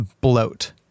bloat